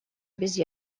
без